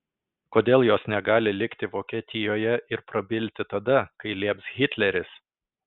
kodėl jos negali likti vokietijoje ir prabilti tada kai lieps hitleris